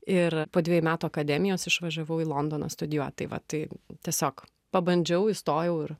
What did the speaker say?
ir po dvejų metų akademijos išvažiavau į londoną studijuot tai va tai tiesiog pabandžiau įstojau ir